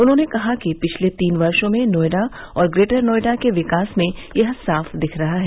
उन्होंने कहा कि पिछले तीन वर्षो में नोएडा और ग्रेटर नोएडा के विकास में यह साफ दिख रहा है